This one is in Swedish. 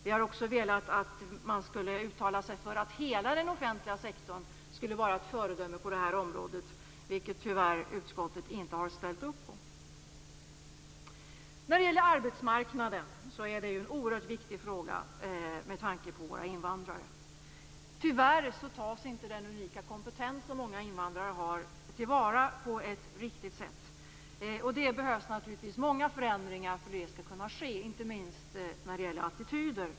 Vi har också velat att man skulle uttala att hela den offentliga sektorn skall vara ett föredöme på det här området, vilket tyvärr utskottet inte har ställt upp på. Arbetsmarknaden är en oerhört viktig fråga med tanke på våra invandrare. Tyvärr tas inte den unika kompetens som många invandrare har till vara på ett riktigt sätt. Det behövs naturligtvis många förändringar för att det skall kunna ske, inte minst när det gäller attityder.